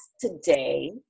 today